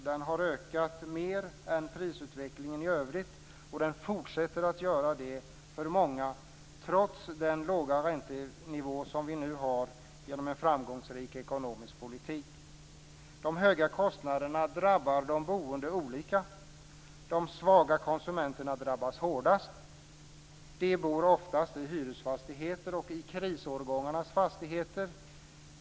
Den har ökat mer än prisutvecklingen i övrigt och fortsätter att göra det för många, trots den låga räntenivå som vi nu har genom en framgångsrik ekonomisk politik. De höga kostnaderna drabbar de boende olika. De svaga konsumenterna drabbas hårdast. De bor oftast i hyresfastigheter och i krisårgångarnas fastigheter.